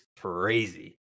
crazy